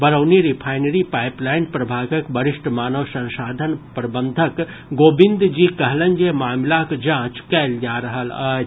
Barauni refinery pipeline प्रभागक वरिष्ठ मानव संसाधन प्रबंधक गोविंदजी कहलनि जे मामिलाक जांच कयल जा रहल अछि